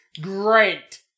great